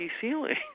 ceiling